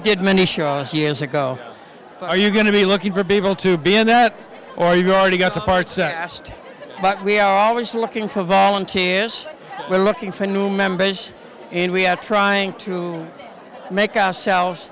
did many shows years ago are you going to be looking for people to be in that or you've already got the part sassed but we are always looking for volunteers we're looking for new members and we are trying to make ourselves